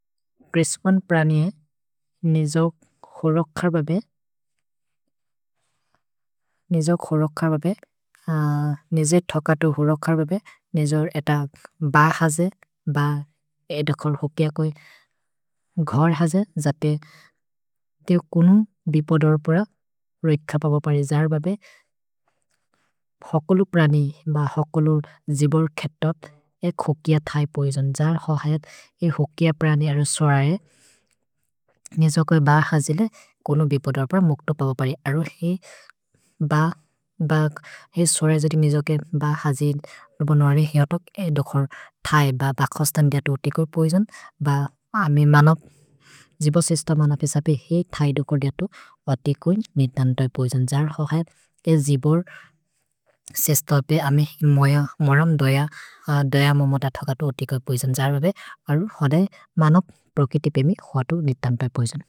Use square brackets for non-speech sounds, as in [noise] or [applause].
ग्रिस्वन् प्रनिये निजौ क्सोलोखर् बबे, [hesitation] निजौ क्सोलोखर् बबे, निजै थकतु क्सोलोखर् बबे, निजौ एत ब हजे, ब एधकोल् क्सोकिअ कोइ [hesitation] घर् हजे, जपे तेओ कुनु बिपो दोर्पुर रोइक्थ पबोबरे, जर् बबे [hesitation] क्सोकोलु प्रनि ब क्सोकोलोर् जिबोर् खेतोत् एक् क्सोकिअ थै पोइजोन्, जर् होहयत् एक् क्सोकिअ प्रनि अरो सोरए निजोके ब हजेले कुनु बिपो दोर्पुर मोक्त पबोबरे, अरु हेइ ब, ब हेइ सोरए जोति निजोके ब हजेले रोबोन् वरे हेइ अतक् ए दोखोर् थै, ब ब खस्तम् दियतु ओतिकोर् पोइजोन्, ब अमे मनोप्, जिबोर् सेस्त मनोपे सपे हेइ थै दोकोर् दियतु ओतिकोर् नितन्तै पोइजोन्, जर् होहयत् ए जिबोर् सेस्त बे अमे मोरम् दोय, दोय मोमोत थकतु ओतिकोर् पोइजोन्, जर् होबे अरु होदै मनोप् प्रकितिपे मि क्सोअतु नितन्तै पोइजोन्।